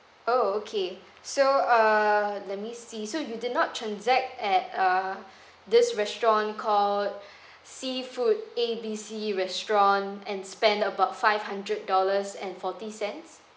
oh okay so err let me see so you did not transact at uh this restaurant called seafood A B C restaurant and spend about five hundred dollars and forty cents